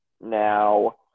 Now